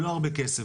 ולא הרבה כסף,